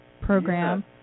program